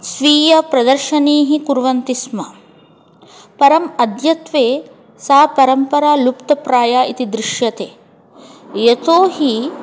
स्वीयप्रदर्शनीः कुर्वन्ति स्म परम् अद्यत्वे सा परम्परा लुप्तप्राया इति दृश्यते यतो हि